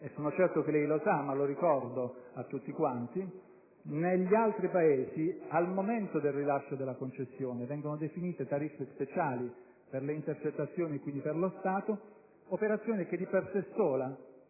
Sono certo che lei lo sa, ma lo ricordo a tutti quanti: negli altri Paesi, al momento del rilascio della concessione, vengono definite tariffe speciali per le intercettazioni (quindi per lo Stato), operazione che di per sé sola